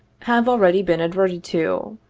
have already been ad verted to.